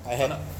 asal pula